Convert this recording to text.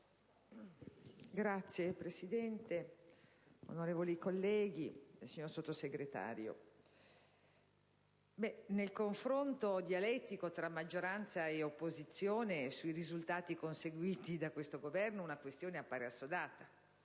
Signor Presidente, onorevoli colleghi, signor Sottosegretario, nel confronto dialettico tra maggioranza e opposizione sui risultati conseguiti da questo Governo una questione appare assodata.